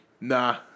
nah